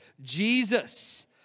Jesus